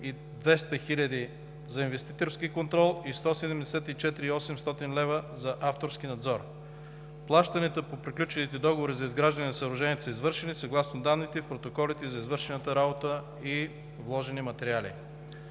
200 лв. за инвеститорски контрол и 174 хил. 800 лв. за авторски надзор. Плащанията по приключилите договори за изграждане на съоръженията са извършени съгласно данните и протоколите за извършената работа и вложените материали.